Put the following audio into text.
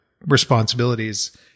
responsibilities